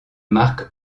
marque